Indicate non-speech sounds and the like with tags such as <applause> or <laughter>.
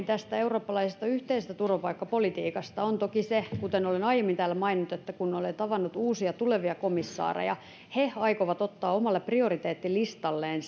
<unintelligible> tästä eurooppalaisesta yhteisestä turvapaikkapolitiikasta laajemmin kuten olen aiemmin täällä maininnut kun olen tavannut uusia tulevia komissaareja he aikovat ottaa omalle prioriteettilistalleen <unintelligible>